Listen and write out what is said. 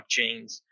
blockchains